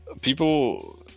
people